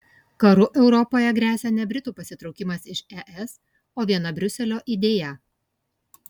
karu europoje gresia ne britų pasitraukimas iš es o viena briuselio idėja